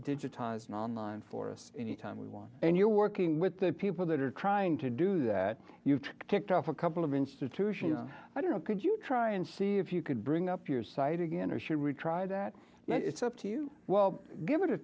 digitized on line for us anytime we want and you're working with the people that are trying to do that you've ticked off a couple of institutions i don't know could you try and see if you could bring up your site again or should we try that it's up to you give it a